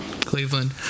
Cleveland